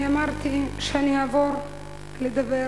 אני אמרתי שאני אעבור לדבר